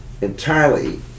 entirely